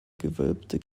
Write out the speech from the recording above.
gewölbte